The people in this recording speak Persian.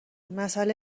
مسئله